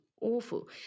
Awful